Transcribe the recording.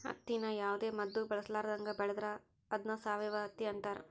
ಹತ್ತಿನ ಯಾವುದೇ ಮದ್ದು ಬಳಸರ್ಲಾದಂಗ ಬೆಳೆದ್ರ ಅದ್ನ ಸಾವಯವ ಹತ್ತಿ ಅಂತಾರ